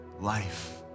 life